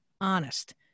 honest